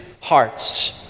hearts